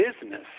business